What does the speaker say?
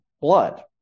blood